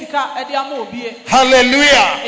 Hallelujah